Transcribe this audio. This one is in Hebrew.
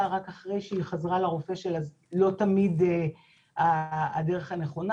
רק אחרי שהיא חזרה לרופא שלה זו לא תמיד הדרך הנכונה.